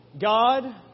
God